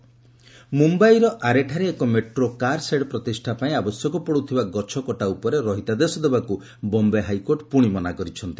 court Aarey ମୁମ୍ୟାଇର ଆରେଠାରେ ଏକ ମେଟ୍ରୋ କାର୍ ସେଡ୍ ପ୍ରତିଷା ପାଇଁ ଆବଶ୍ୟକ ପଡ଼ୁଥିବା ଗଛକଟା ଉପରେ ରହିତାଦେଶ ଦେବାକୁ ବମ୍ବେ ହାଇକୋର୍ଟ ପୁଣି ମନା କରିଛନ୍ତି